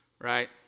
right